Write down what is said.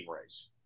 race